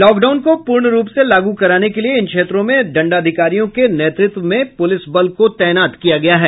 lockdown को पूर्ण रूप से लागू कराने के लिये इन क्षेत्रों में दंडाधिकारियों के नेतृत्व में पुलिस बल को तैनात किया गया है